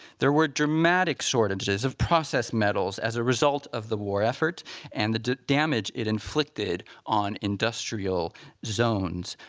there were dramatic shortages of processed metals as a result of the war effort and the damage it inflicted on industrial zones,